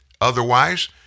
Otherwise